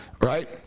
right